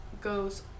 goes